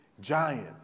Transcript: giant